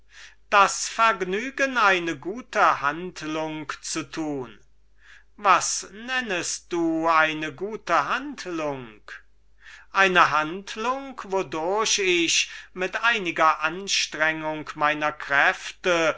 das vergnügen eine gute handlung zu tun was nennest du eine gute handlung eine handlung wodurch ich mit einiger anstrengung meiner kräfte